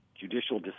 judicial